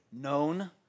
known